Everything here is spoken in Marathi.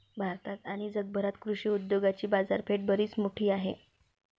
भारतात आणि जगभरात कृषी उद्योगाची बाजारपेठ बरीच मोठी आहे